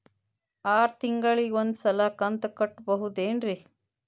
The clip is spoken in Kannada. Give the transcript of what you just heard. ಆರ ತಿಂಗಳಿಗ ಒಂದ್ ಸಲ ಕಂತ ಕಟ್ಟಬಹುದೇನ್ರಿ?